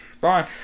fine